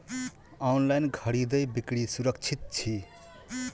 online खरीदै बिक्री सुरक्षित छी